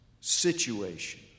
situation